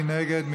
מי נגד?